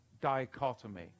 dichotomy